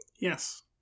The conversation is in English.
Yes